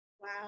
Wow